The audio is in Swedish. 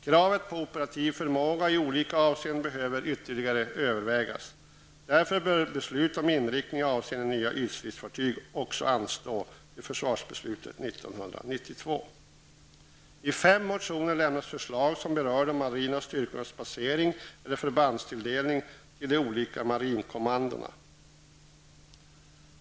Kravet på operativ förmåga i olika avseenden behöver ytterligare övervägas. Därför bör beslut om inriktning avseende nya ytstridsfartyg också anstå till försvarsbeslutet 1992. I fem motioner lämnas förslag som berör de marina styrkornas basering eller förbandstilldelningen till de olika marinkommandona.